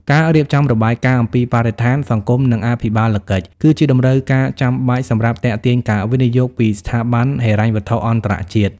ការរៀបចំរបាយការណ៍អំពីបរិស្ថាន សង្គម និងអភិបាលកិច្ច គឺជាតម្រូវការចាំបាច់សម្រាប់ទាក់ទាញការវិនិយោគពីស្ថាប័នហិរញ្ញវត្ថុអន្តរជាតិ។